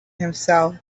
himself